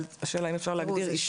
השאלה האם אפשר להגדיר אישה?